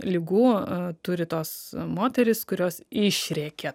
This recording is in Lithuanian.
ligų turi tos moterys kurios išrėkia